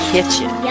Kitchen